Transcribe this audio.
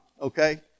Okay